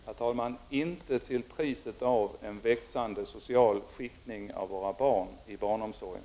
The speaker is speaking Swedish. Herr talman! Inte till priset av en växande social skiktning av våra barn i barnomsorgen!